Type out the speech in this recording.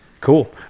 Cool